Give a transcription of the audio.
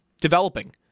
developing